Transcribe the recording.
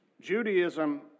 Judaism